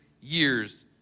years